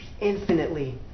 infinitely